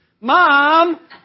mom